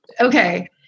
Okay